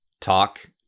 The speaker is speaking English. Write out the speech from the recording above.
talk